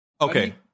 okay